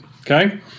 Okay